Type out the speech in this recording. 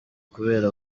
kubera